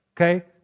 okay